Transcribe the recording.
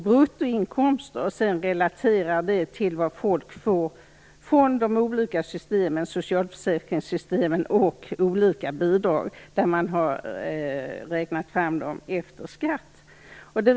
Bruttoinkomster relateras till vad folk får från olika socialförsäkringssystem och olika bidrag efter skatt.